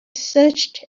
searched